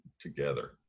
together